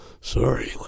sorry